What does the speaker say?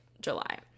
July